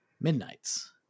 Midnights